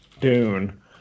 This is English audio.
Dune